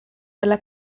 della